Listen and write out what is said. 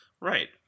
Right